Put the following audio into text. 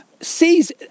sees